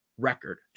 record